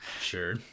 Sure